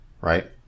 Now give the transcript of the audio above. Right